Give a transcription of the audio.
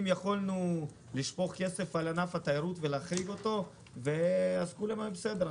יכולים לשפוך כסף על ענף התיירות ולהחריג אותו אז הכול היה בסדר.